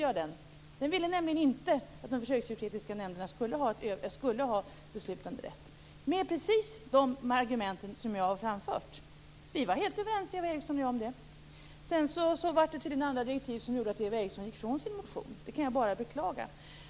Jag vill inte att de djurförsöksetiska nämnderna skall ha beslutanderätt - med precis de argument som jag har framfört. Eva Eriksson och jag är överens om det. Sedan har det kommit andra direktiv som tydligen har gjort att Eva Eriksson har frångått sin motion. Det kan jag bara beklaga.